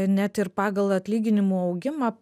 net ir pagal atlyginimų augimą